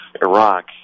Iraq